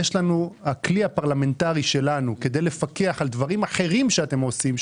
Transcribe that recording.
הכלי הפרלמנטרי שלנו כדי לפקח על דברים אחרים שאתם עושים,